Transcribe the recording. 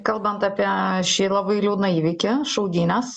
kalbant apie šį labai liūdną įvykį šaudynes